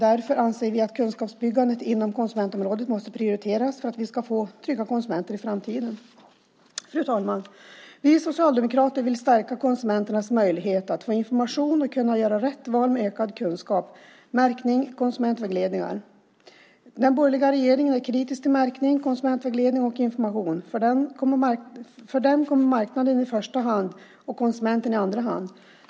Därför anser vi att kunskapsbyggandet inom konsumentområdet måste prioriteras för att vi ska få trygga konsumenter i framtiden. Fru talman! Vi socialdemokrater vill stärka konsumenternas möjligheter att få information och göra rätt val med ökad kunskap, märkning och konsumentvägledningar. Den borgerliga regeringen är kritisk till märkning, konsumentvägledning och information. För den kommer marknaden i första hand och konsumenten i andra hand.